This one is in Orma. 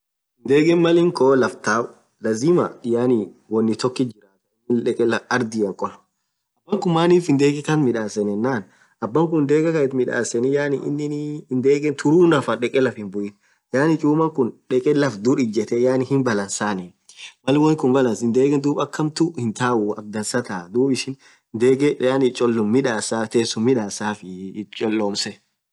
Ndegen Malin khoo laff taaau lazima yaani Unni tokit jiraaa khaa inin dheke ardhiane laff kholuu abakhun manif ndege khath midhaseni yenann abakun ndege Khan itth midhaseni yaani inin through nafan dekhe laff hinbuinii yaani chuma khun dekhee laff dhurr ijethee yaani hin balanceni Mal wonn khun balance denge dhub akha hamtuu akha dansaa thaa dhub ishin yaani denge cholum midhasa thesum midhasafii ith cholomseee